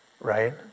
right